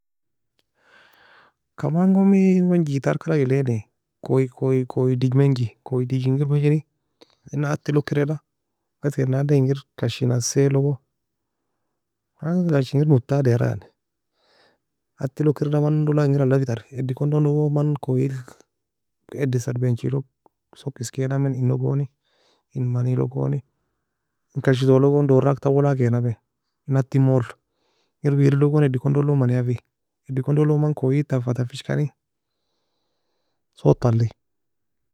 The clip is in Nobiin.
Kamangon me man guitar ka galag eleni, koye koye koye dij menje, koye dij engir menje ena attil lukireda, ghase nanne engir kashy nassie log, man kashy engir motad era yani, attil ukireda mando lang engir alafe ter, eddi condongo man koyel eddi sarbaienchi log soka eskanami eno goni, en mani logoni en kashi toe log goni dorak tawuelak kenami, en attin mole, engir wireilgon eddi condonlog mania fe, eddi condonog man koyeig taffa taffij kani sotta alie.